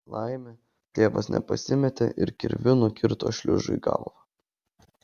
laimė tėvas nepasimetė ir kirviu nukirto šliužui galvą